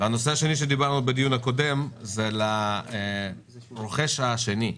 והנושא השני עליו דיברנו בדיון הקודם הוא לגבי הרוכש השני,